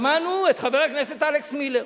שמענו את חבר הכנסת אלכס מילר